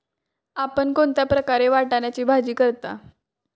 आपण कोणत्या प्रकारे वाटाण्याची भाजी करता?